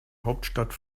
hauptstadt